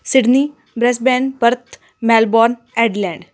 Sydney Brisbane Perth Melbourne Adelaide